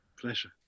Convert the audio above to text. pleasure